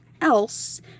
else